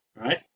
right